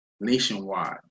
nationwide